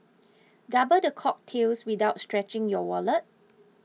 double the cocktails without stretching your wallet